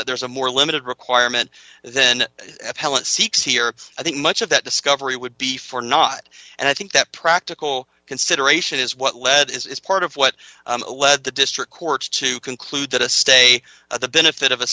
that there's a more limited requirement then helen seeks here i think much of that discovery would be for not and i think that practical consideration is what led it's part of what led the district courts to conclude that a stay of the benefit of a